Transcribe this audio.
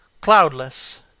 Cloudless